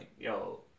yo